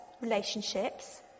relationships